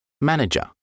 Manager